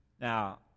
Now